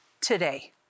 today